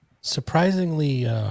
Surprisingly